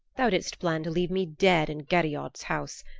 thou didst plan to leave me dead in gerriod's house,